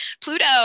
Pluto